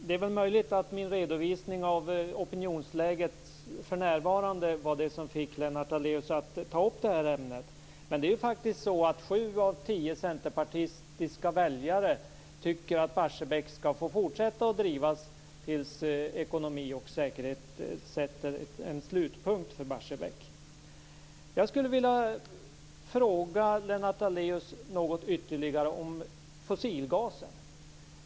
Det är väl möjligt att min redovisning av opinionsläget för närvarande var det som fick Lennart Daléus att ta upp det här ämnet, men det är faktiskt så att 7 av 10 centerpartistiska väljare tycker att Barsebäck skall få fortsätta att drivas tills ekonomi och säkerhet sätter en slutpunkt för Barsebäck. Jag skulle vilja fråga Lennart Daléus något ytterligare om fossilgasen.